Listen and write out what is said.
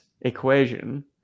equation